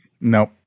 Nope